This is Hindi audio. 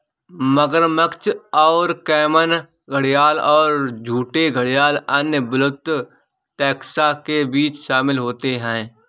मगरमच्छ और कैमन घड़ियाल और झूठे घड़ियाल अन्य विलुप्त टैक्सा के बीच शामिल होते हैं